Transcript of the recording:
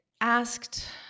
asked